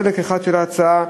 חלק אחד של ההצעה,